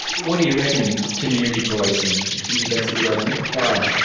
what do you reckon, community policing, do you think that's a good idea? no.